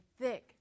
thick